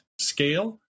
scale